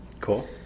Cool